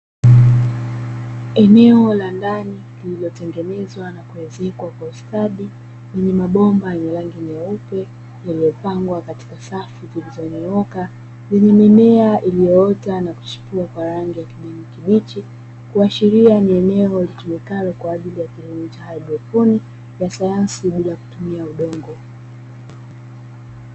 Eneo la ndani lililotengenezwa na kuezekwa kwa ustadi lenye mabomba yenye rangi nyeupe yaliyopangwa katika safu zilizonyooka, zenye mimea iliyoota na kuchipua kwa rangi ya kijani kibichi; kuashiria ni eneo litumikalo kwa ajili ya kilimo cha haidroponi ya sayansi bila kutumia udongo.